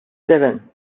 seven